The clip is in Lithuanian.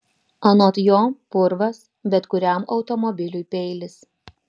anot jo purvas bet kuriam automobiliui peilis